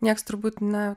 nieks turbūt ne